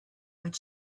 but